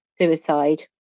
suicide